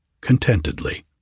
contentedly